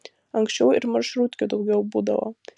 anksčiau ir maršrutkių daugiau būdavo